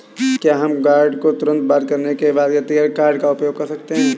क्या हम कार्ड को तुरंत बंद करने के बाद गैर व्यक्तिगत कार्ड का उपयोग कर सकते हैं?